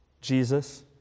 Jesus